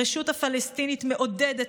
הרשות הפלסטינית מעודדת,